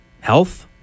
Health